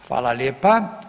Hvala lijepa.